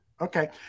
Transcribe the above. Okay